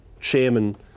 Chairman